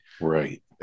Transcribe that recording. right